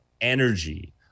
energy